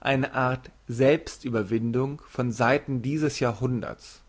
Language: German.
eine art selbstüberwindung von seiten dieses jahrhunderts